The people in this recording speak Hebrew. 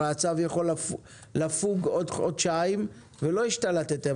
הרי הצו יכול לפוג עוד חודשיים ולא השתלטתם